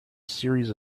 series